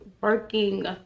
working